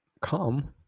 Come